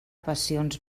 passions